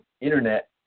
Internet